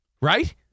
Right